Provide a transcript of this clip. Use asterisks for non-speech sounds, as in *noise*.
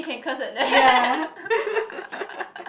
ya *laughs*